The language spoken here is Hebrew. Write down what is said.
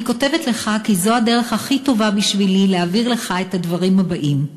אני כותבת לך כי זו הדרך הכי טובה בשבילי להעביר לך את הדברים הבאים.